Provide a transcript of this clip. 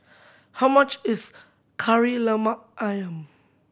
how much is Kari Lemak Ayam